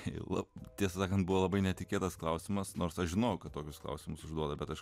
juolab tiesą sakant buvo labai netikėtas klausimas nors aš žinojau kad tokius klausimus užduoda bet aš